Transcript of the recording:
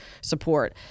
support